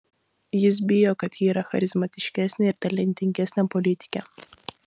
jis bijo kad ji yra charizmatiškesnė ir talentingesnė politikė